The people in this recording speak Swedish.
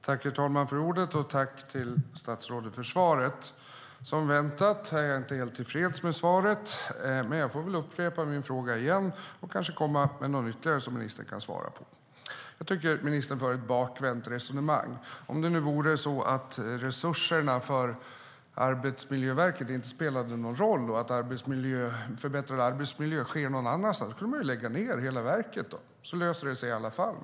Herr talman! Jag tackar statsrådet för svaret. Som väntat är jag inte helt tillfreds med svaret, men jag får väl upprepa min fråga igen och kanske komma med någon ytterligare som ministern kan svara på. Jag tycker att ministern för ett bakvänt resonemang. Om det nu vore så att resurserna för Arbetsmiljöverket inte spelade någon roll och om förbättringar av arbetsmiljön skedde någon annanstans kunde man ju lägga ned hela verket. Då löser det sig i alla fall.